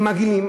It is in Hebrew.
עם עגילים,